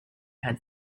had